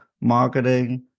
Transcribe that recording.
marketing